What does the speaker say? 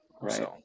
Right